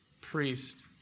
priest